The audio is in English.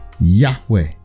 Yahweh